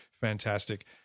fantastic